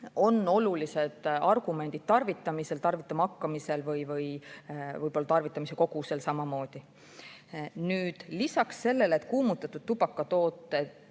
lõhn olulised argumendid tarvitamisel, tarvitama hakkamisel ja tarvitamise koguse puhul samamoodi. Nüüd, lisaks sellele, et kuumutatud tubakatooted